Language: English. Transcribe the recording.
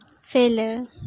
failure